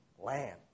land